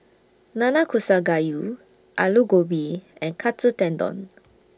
Nanakusa Gayu Alu Gobi and Katsu Tendon